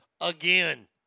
Again